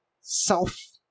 self